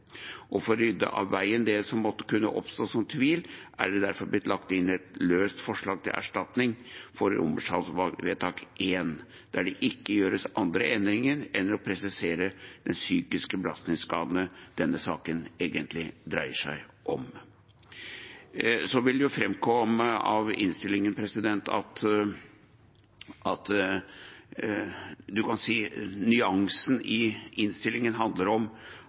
For å rydde av veien det som måtte oppstå av tvil, er det derfor blitt lagt inn et løst forslag til erstatning for I, der det ikke gjøres andre endringer enn å presisere de psykiske belastningsskadene denne saken egentlig dreier seg om. Så vil det framkomme av innstillingen at det man kan si er nyansen i den, handler om